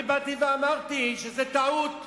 אני באתי ואמרתי שזאת טעות.